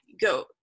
go